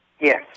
Yes